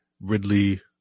Ridley